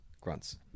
Grunts